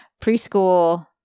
preschool